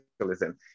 capitalism